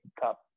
cup